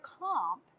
comp